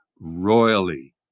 royally